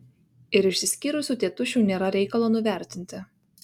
ir išsiskyrusių tėtušių nėra reikalo nuvertinti